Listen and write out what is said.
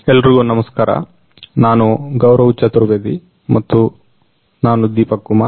ಎಲ್ರಿಗೂ ನಮಸ್ಕಾರ ನಾನು ಗೌರವ್ ಚತುರ್ವೇದಿ ಮತ್ತು ನಾನು ದೀಪಕ್ ಕುಮಾರ್